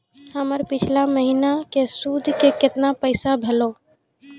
हमर पिछला महीने के सुध के केतना पैसा भेलौ?